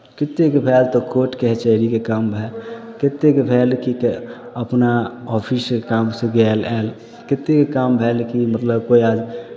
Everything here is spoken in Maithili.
कतेककेँ भएल तऽ कोर्ट कचहरीके काम भएल कतेककेँ भएल कि तऽ अपना ऑफिसके कामसँ गेल आयल कतेकके काम भएल कि मतलब कोइ आयल